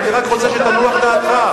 אני רק רוצה שתנוח דעתך.